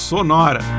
Sonora